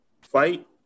fight